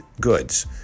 goods